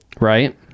Right